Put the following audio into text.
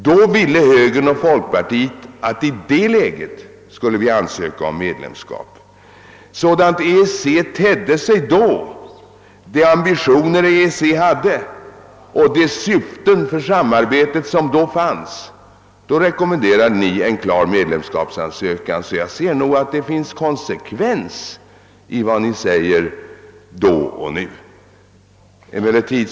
Då ville högern och folkpartiet att vi skulle ansöka om medlemskap sådant som EEC tedde sig. Med de ambitioner EEC hade och de syften för samarbetet som då uppställdes rekommenderade ni en klar medlemskapsansökan. Jag ser därför att det finns konsekvens i vad ni sade då och vad ni säger nu.